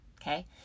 Okay